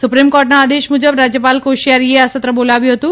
supreme કોર્ટના આદેશ મુજબ રાજયપાલ કોશિયારીએ આ સત્ર બોલાવ્યું હતું